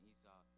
Esau